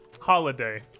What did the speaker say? holiday